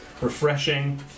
refreshing